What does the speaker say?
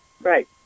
Right